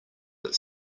that